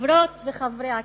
חברות וחברי הכנסת,